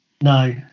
No